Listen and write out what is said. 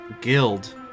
Guild